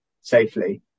safely